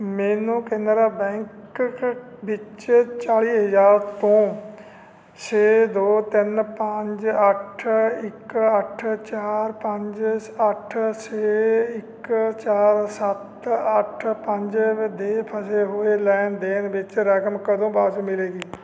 ਮੈਨੂੰ ਕੇਨਰਾ ਬੈਂਕ 'ਚ ਵਿੱਚ ਚਾਲ੍ਹੀ ਹਜ਼ਾਰ ਤੋਂ ਛੇ ਦੋ ਤਿੰਨ ਪੰਜ ਅੱਠ ਇੱਕ ਅੱਠ ਚਾਰ ਪੰਜ ਅੱਠ ਛੇ ਇੱਕ ਚਾਰ ਸੱਤ ਅੱਠ ਪੰਜ ਦੇ ਫਸੇ ਹੋਏ ਲੈਣ ਦੇਣ ਵਿੱਚ ਰਕਮ ਕਦੋਂ ਵਾਪਸ ਮਿਲੇਗੀ